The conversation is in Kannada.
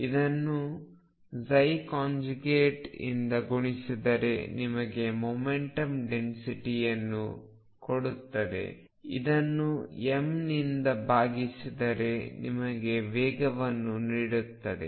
ಇದನ್ನು ಇಂದ ಗುಣಿಸಿದರೆ ನಿಮಗೆ ಮೊಮೆಂಟಮ್ ಡೆನ್ಸಿಟಿಯನ್ನು ಕೊಡುತ್ತದೆ ಇದನ್ನು m ನಿಂದ ಭಾಗಿಸಿದರೆ ನಿಮಗೆ ವೇಗವನ್ನು ನೀಡುತ್ತದೆ